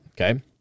Okay